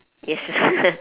yes